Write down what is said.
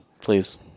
Please